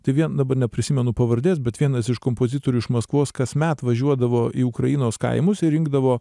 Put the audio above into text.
tai vien dabar neprisimenu pavardės bet vienas iš kompozitorių iš maskvos kasmet važiuodavo į ukrainos kaimus ir rinkdavo